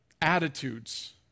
attitudes